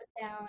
down